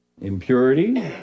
impurity